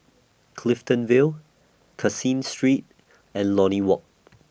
Clifton Vale Caseen Street and Lornie Walk